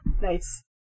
Nice